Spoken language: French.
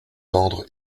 tendre